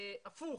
אלא הפוך.